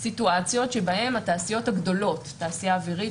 יש לנו סיטואציות שבהן התעשיות הגדולות: התעשייה האווירית,